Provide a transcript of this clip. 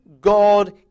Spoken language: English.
God